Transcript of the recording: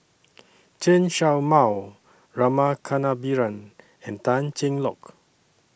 Chen Show Mao Rama Kannabiran and Tan Cheng Lock